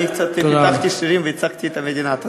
אני קצת פיתחתי שרירים וייצגתי את המדינה.